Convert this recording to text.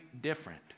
different